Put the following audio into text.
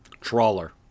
Trawler